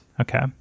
Okay